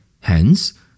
Hence